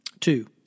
Two